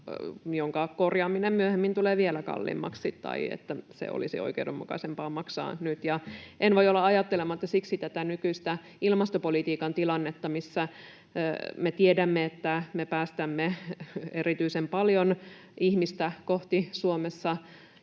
jonka korjaaminen myöhemmin tulee vielä kalliimmaksi tai olisi oikeudenmukaisempaa maksaa nyt. En voi olla ajattelematta siksi tätä nykyistä ilmastopolitiikan tilannetta, missä me tiedämme, että me päästämme erityisen paljon ihmistä kohti Suomessa